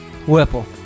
Whipple